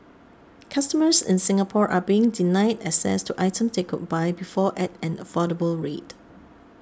customers in Singapore are being denied access to items they could buy before at an affordable rate